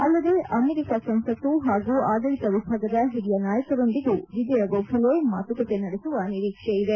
ಅಲ್ಲದೆ ಅಮರಿಕ ಸಂಸತ್ತು ಹಾಗೂ ಆಡಳಿತ ವಿಭಾಗದ ಹಿರಿಯ ನಾಯಕರೊಂದಿಗೂ ವಿಜಯ್ ಗೋಖಲೆ ಮಾತುಕತೆ ನಡೆಸುವ ನಿರೀಕ್ಷೆಯಿದೆ